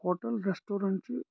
hotel restaurant چھِ